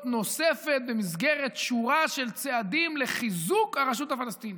נוספת במסגרת שורה של צעדים לחיזוק הרשות הפלסטינית.